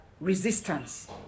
resistance